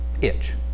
itch